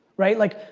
right, like,